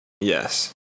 Yes